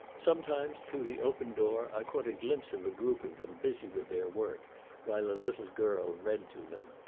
sometimes through the open door i caught a glimpse of a group of them busy with their work while a little girl read to them.